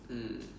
mm